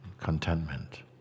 contentment